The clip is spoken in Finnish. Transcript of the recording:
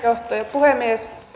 puhemies